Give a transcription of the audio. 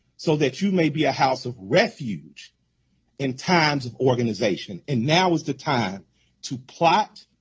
so that you may be a house of refuge in times of organization, and now is the time to plot,